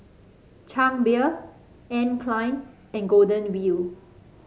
Chang Beer Anne Klein and Golden Wheel